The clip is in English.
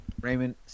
Raymond